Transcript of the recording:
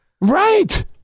Right